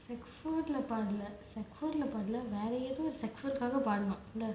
secondary four leh பாடலை:paadalai secondary four leh பாடலை:paadalai but வேற எதோகாக பாடுனோம்:vera ethokaaga paadunom